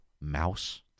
mouse